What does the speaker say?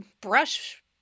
brush